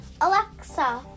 Alexa